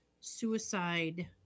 suicide